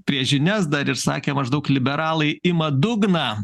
prieš žinias dar ir sakė maždaug liberalai ima dugną